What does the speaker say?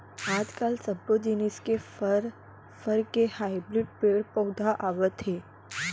आजकाल सब्बो जिनिस के फर, फर के हाइब्रिड पेड़ पउधा आवत हे